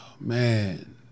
Man